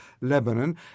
Lebanon